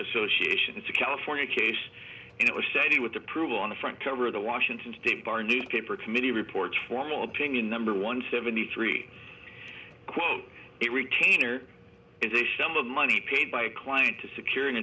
association it's a california case and it was saturday with approval on the front cover of the washington state bar newspaper committee reports formal opinion number one seventy three quote a retainer is a sum of money paid by a client to secure an